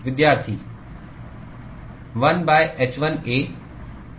1 h1A